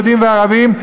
יהודים וערבים,